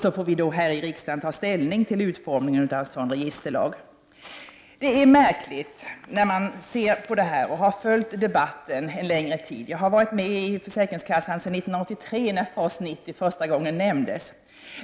Sedan får vi i riksdagen ta ställning till utformningen av en sådan registerlag. Jag har varit med i försäkringskassan sedan 1983 när FAS 90 första gången nämndes.